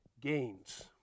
Gains